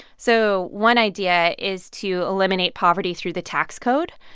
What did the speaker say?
so one idea is to eliminate poverty through the tax code.